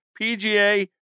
PGA